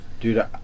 Dude